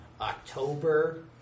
October